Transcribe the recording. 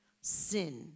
sin